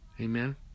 amen